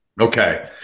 Okay